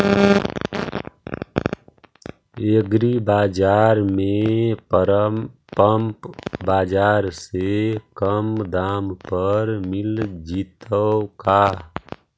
एग्रीबाजार में परमप बाजार से कम दाम पर मिल जैतै का?